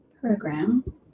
program